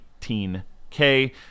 18K